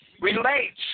relates